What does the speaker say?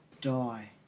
die